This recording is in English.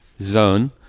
zone